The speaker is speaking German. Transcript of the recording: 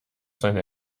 seine